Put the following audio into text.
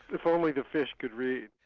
if only the fish could read!